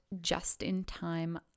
just-in-time